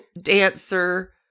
dancer